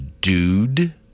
dude